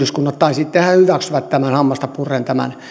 sitten he hyväksyvät hammasta purren